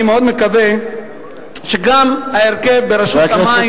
אני מאוד מקווה שגם ההרכב ברשות המים,